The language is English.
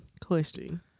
question